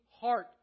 heart